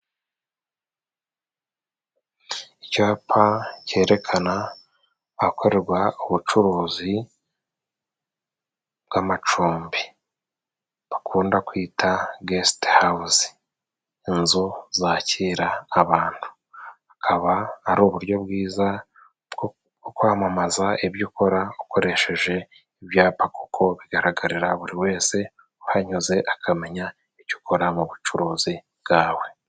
Icapa cyerekana ahakorerwa ubucuruzi bw'amacumbi bakunda kwita gesitehawuze, inzu zakira abantu, akaba ari uburyo bwiza bwo kwamamaza ibyo ukora ukoresheje ibyapa kuko bigaragarira buri wese, uhanyuze akamenya icyo ukora mu bucuruzi bwawe.